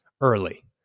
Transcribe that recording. early